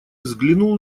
взглянул